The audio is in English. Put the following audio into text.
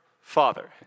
Father